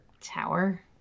tower